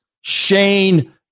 Shane